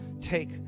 take